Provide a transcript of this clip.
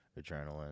adrenaline